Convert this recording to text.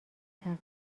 تغییر